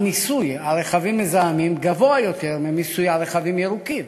המיסוי על רכבים מזהמים גבוה יותר מהמיסוי על רכבים ירוקים,